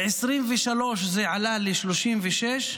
ב-2023 זה עלה ל-36,